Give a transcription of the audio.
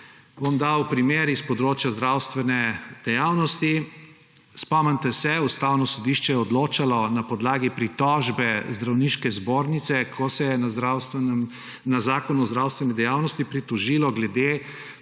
bom primer s področja zdravstvene dejavnosti. Spomnite se, Ustavno sodišče je odločalo na podlagi pritožbe Zdravniške zbornice, ko se je na Zakon o zdravstveni dejavnosti pritožilo glede